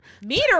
Meter